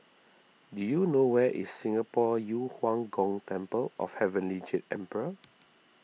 do you know where is Singapore Yu Huang Gong Temple of Heavenly Jade Emperor